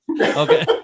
Okay